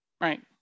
Right